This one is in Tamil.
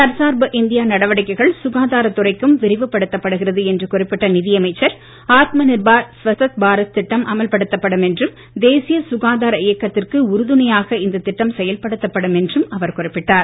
தற்சார்பு இந்தியா நடவடிக்கைகள் சுகாதாரத் துறைக்கும் விரிவுபடுத்தப்படுகிறது என்று குறிப்பிட்ட நிதியமைக்கர் ஆத்ம நிர்பார் ஸ்வஸ்த் பாரத் திட்டம் அமல்படுத்தப்படும் என்றும் தேசிய சுகாதார இயக்கத்திற்கு உறுதுணையாக இந்த திட்டம் செயல்படுத்தப்படும் என்றும் அவர் குறிப்பிட்டார்